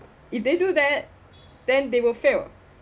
if they do that then they will fail